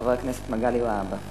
חבר הכנסת מגלי והבה.